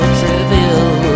trivial